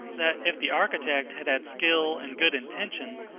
that, if the architect had had skill and good intentions,